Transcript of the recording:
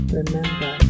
remember